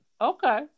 Okay